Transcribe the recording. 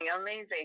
amazing